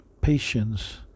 patience